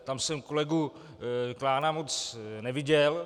Tam jsem kolegu Klána moc neviděl.